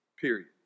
period